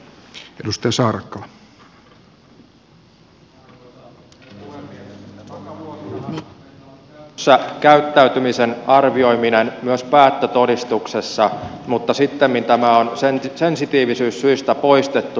takavuosinahan meillä oli käytössä käyttäytymisen arvioiminen myös päättötodistuksessa mutta sittemmin tämä on sensitiivisyyssyistä poistettu